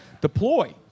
Deploy